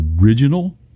original